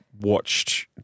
watched